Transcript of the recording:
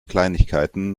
kleinigkeiten